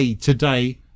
today